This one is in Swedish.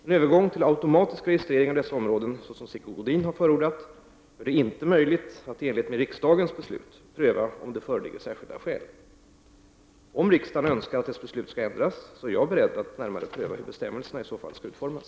En övergång till automatisk registrering av dessa områden, så som Sigge Godin har förordnat, gör det inte möjligt att i enlighet med riksdagens beslut pröva om det föreligger särskilda skäl. Om riksdagen önskar att dess beslut skall ändras är jag beredd att närmare pröva hur bestämmelserna i så fall skall utformas.